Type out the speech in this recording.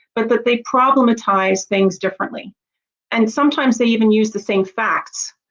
but that they problematize things differently and sometimes they even use the same facts.